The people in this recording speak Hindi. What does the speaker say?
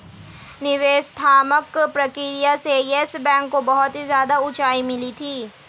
निवेशात्मक प्रक्रिया से येस बैंक को बहुत ही ज्यादा उंचाई मिली थी